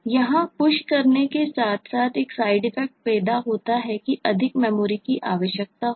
यहां Push करने के साथ साथ एक साइड इफेक्ट पैदा है कि अधिक मेमोरी की आवश्यकता होगी